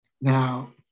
Now